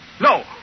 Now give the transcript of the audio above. No